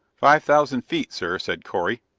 five thousand feet, sir, said correy.